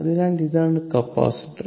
അതിനാൽ ഇതാണ് കപ്പാസിറ്റർ